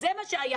זה מה שהיה.